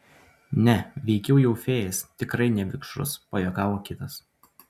ne veikiau jau fėjas tikrai ne vikšrus pajuokavo kitas